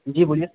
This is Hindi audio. जी बोलिए